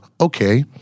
okay